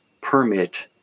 permit